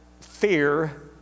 fear